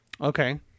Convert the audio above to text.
Okay